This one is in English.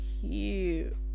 cute